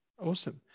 Awesome